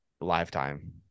Lifetime